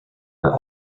are